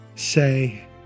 say